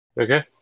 Okay